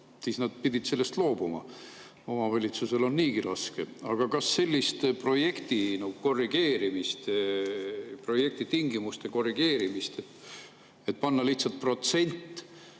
siis nad pidid sellest loobuma. Omavalitsusel on niigi raske. Aga kas [ei saaks teha] sellist projekti tingimuste korrigeerimist, et panna lihtsalt 50–75% protsenti